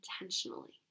intentionally